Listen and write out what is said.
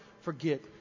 forget